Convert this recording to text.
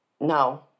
no